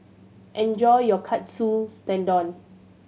enjoy your Katsu Tendon